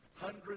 Hundreds